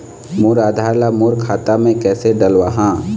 मोर आधार ला मोर खाता मे किसे डलवाहा?